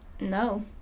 No